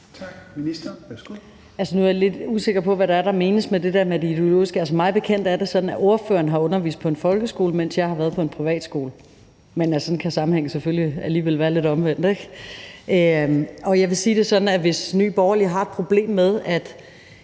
Rosenkrantz-Theil): Nu er jeg lidt usikker på, hvad det er, der menes med det der med det ideologiske. Altså, mig bekendt er det sådan, at ordføreren har undervist på en folkeskole, mens jeg har været på en privatskole. Men altså, sådan kan sammenhænge selvfølgelig alligevel være lidt omvendte, ikke? Jeg vil sige det sådan, at hvis Nye Borgerlige har et problem med, at